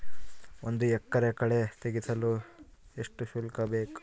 ಒಂದು ಎಕರೆ ಕಳೆ ತೆಗೆಸಲು ಎಷ್ಟು ಶುಲ್ಕ ಬೇಕು?